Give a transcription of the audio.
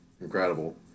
incredible